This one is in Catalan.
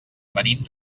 venim